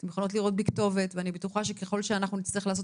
אתן יכולות לראות בי כתובת ואני בטוחה שככל שאנחנו נצטרך לעשות